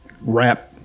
Wrap